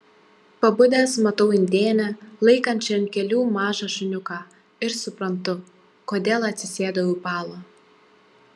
pabudęs matau indėnę laikančią ant kelių mažą šuniuką ir suprantu kodėl atsisėdau į balą